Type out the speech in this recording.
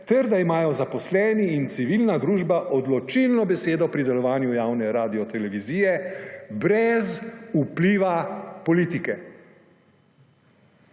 ter da imajo zaposleni in civilna družba odločilno besedo pri delovanju javne radiotelevizije, brez vpliva politike.